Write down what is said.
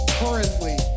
currently